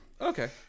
Okay